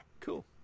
Cool